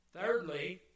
Thirdly